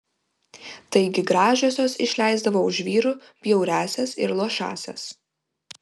taigi gražiosios išleisdavo už vyrų bjauriąsias ir luošąsias